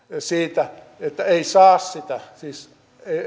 siitä että ei saa sitä siis